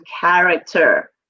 character